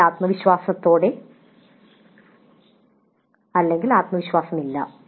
വളരെ ആത്മവിശ്വാസത്തോടെ ആത്മവിശ്വാസമില്ല